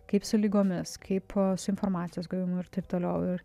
kaip su ligomis kaip su informacijos gavimu ir taip toliau ir